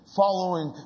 following